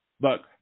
Look